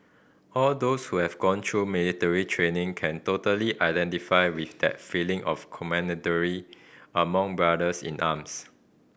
all those who have gone through military training can totally identify with that feeling of camaraderie among brothers in arms